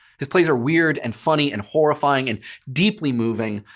his plays are weird and funny and horrifying and deeply moving.